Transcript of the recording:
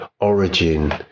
origin